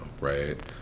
right